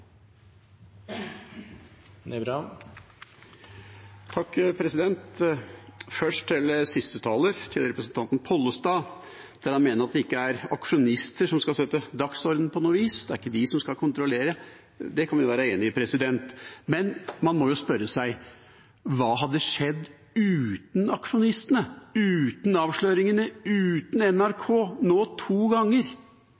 veldig viktig. Først til siste taler, representanten Pollestad, som mener at det ikke er aksjonister som skal sette dagsordenen på noe vis, det er ikke de som skal kontrollere: Det kan vi være enig i. Men man må jo spørre seg om hva som hadde skjedd